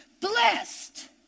blessed